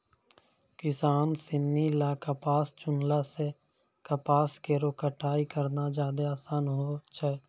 किसान सिनी ल कपास चुनला सें कपास केरो कटाई करना जादे आसान छै